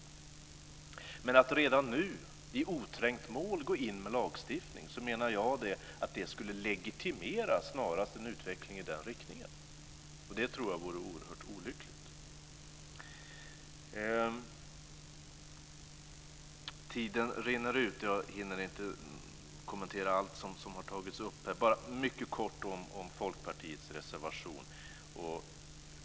Men att redan nu, i oträngt mål, gå in med en lagstiftning menar jag snarast skulle legitimera en utveckling i den riktningen. Det tror jag vore oerhört olyckligt. Tiden rinner i väg, och jag hinner inte kommentera allt som har tagits upp här. Jag ska bara mycket kort ta upp Folkpartiets reservation.